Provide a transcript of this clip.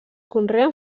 conreen